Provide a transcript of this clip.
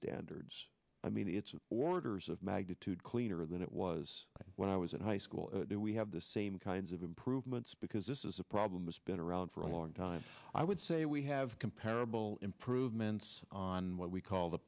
standards i mean it's orders of magnitude cleaner than it was when i was in high school we have the same kinds of improvements because this is a problem it's been around for a long time i would say we have comparable improvements on what we call the